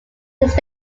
this